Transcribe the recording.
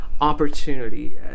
opportunity